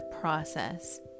process